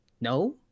No